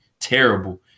terrible